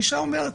האישה אומרת,